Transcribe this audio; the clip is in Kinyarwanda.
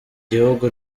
gihugu